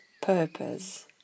purpose